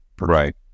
Right